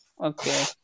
okay